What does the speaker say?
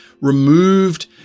removed